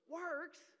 works